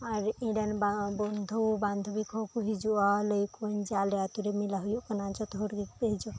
ᱟᱨ ᱤᱧ ᱨᱮᱱ ᱵᱚᱱᱫᱷᱩ ᱵᱟᱱᱫᱷᱚᱵᱤ ᱠᱚᱦᱚᱸ ᱠᱚ ᱦᱤᱡᱩᱜᱼᱟ ᱞᱟᱹᱭᱟᱠᱚᱣᱟᱹᱧ ᱡᱮ ᱟᱞᱮ ᱟᱹᱛᱩ ᱨᱮ ᱢᱮᱞᱟ ᱦᱩᱭᱩᱜ ᱠᱟᱱᱟ ᱡᱚᱛᱚ ᱦᱚᱲ ᱜᱮᱠᱚ ᱦᱤᱡᱩᱜᱼᱟ